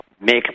make